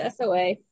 SOA